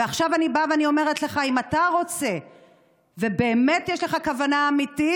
ועכשיו אני באה ואומרת לך שאם אתה רוצה ובאמת יש לך כוונה אמיתית,